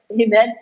Amen